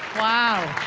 wow.